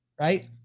right